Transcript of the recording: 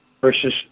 versus